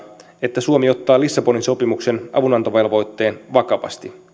että suomi ottaa lissabonin sopimuksen avunantovelvoitteen vakavasti